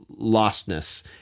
lostness